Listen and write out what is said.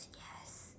yes